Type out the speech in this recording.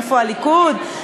איפה הליכוד,